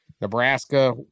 Nebraska